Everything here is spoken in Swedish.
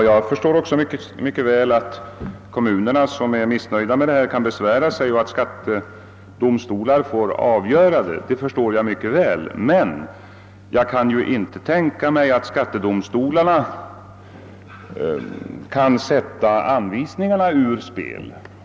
Herr talman! Även jag förstår mycket väl att de kommuner som är missnöjda med gjorda taxeringar kan besvära sig och att skattedomstolarna får avgöra dessa ärenden. Jag kan emellertid inte tänka mig att skattedomstolarna kan sätta gällande anvisningar ur spel.